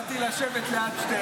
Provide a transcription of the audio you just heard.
באתי לשבת ליד שטרן.